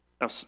Now